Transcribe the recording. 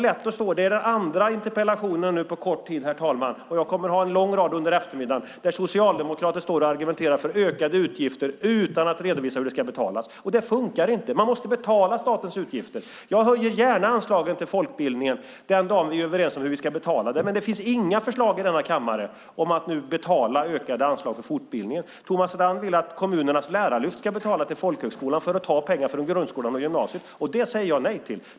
Detta är den andra interpellationen på kort tid, herr talman - och jag kommer att ha en lång rad under eftermiddagen - där socialdemokrater står och argumenterar för ökade utgifter utan att redovisa hur det ska betalas. Det funkar inte. Man måste betala statens utgifter. Jag höjer gärna anslagen till folkbildningen den dag vi är överens om hur vi ska betala det. Men det finns inga förslag i denna kammare om att betala ökade anslag för fortbildningen. Thomas Strand vill att kommunernas lärarlyft ska betala till folkhögskolan genom att ta pengar från grundskolan och gymnasiet. Det säger jag nej till.